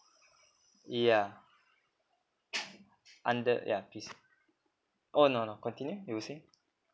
yeah under yeah P oh no no continue you were saying